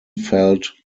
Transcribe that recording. felt